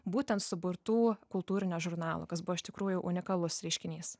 būtent suburtų kultūrinio žurnalo kas buvo iš tikrųjų unikalus reiškinys